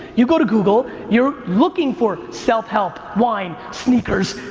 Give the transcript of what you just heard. you go to google, you're looking for self-help, wine, sneakers,